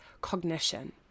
cognition